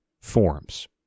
forms